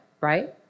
Right